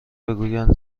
بگویند